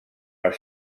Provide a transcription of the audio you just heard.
als